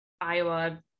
Iowa